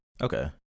Okay